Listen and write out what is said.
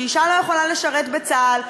שאישה לא יכולה לשרת בצה"ל,